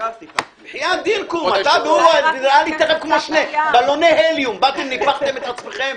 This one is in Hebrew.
עבד אל חכים חאג' יחיא (הרשימה המשותפת): אם אתה מגיע ואתה מגיע בזמן,